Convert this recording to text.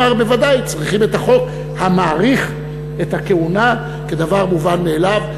אמר: בוודאי צריכים את החוק המאריך את הכהונה כדבר מובן מאליו.